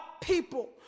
people